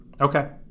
Okay